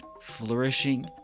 flourishing